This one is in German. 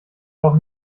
auch